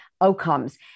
outcomes